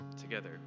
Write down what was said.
together